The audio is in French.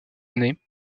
année